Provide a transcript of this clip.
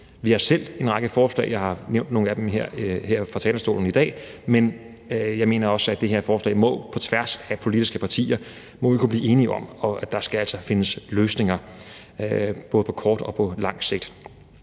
Vi har selv en række forslag, jeg har nævnt nogle af dem her fra talerstolen i dag, men jeg mener også, at med det her forslag må vi på tværs af politiske partier kunne blive enige om, at der altså skal findes løsninger både på kort og på lang sigt.